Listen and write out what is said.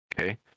Okay